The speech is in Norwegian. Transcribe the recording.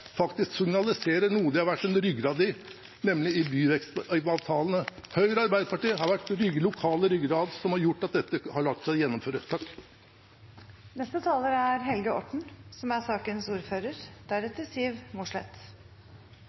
faktisk problematiserer noe de har vært en ryggrad i, nemlig byvekstavtalene. Høyre og Arbeiderpartiet har vært lokale ryggrader som har gjort at dette har latt seg gjennomføre. Etter å